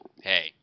Hey